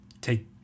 take